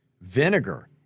vinegar